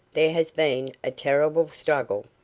there has been a terrible struggle.